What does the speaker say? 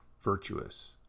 virtuous